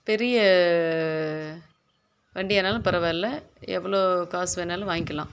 பெரிய வண்டியானாலும் பரவாயில்ல எவ்வளோ காசு வேணாலும் வாங்கிக்கலாம்